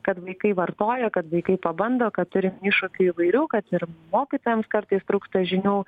kad vaikai vartoja kad vaikai pabando kad turim iššūkių įvairių kad ir mokytojams kartais trūksta žinių